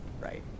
Right